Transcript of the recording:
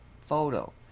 photo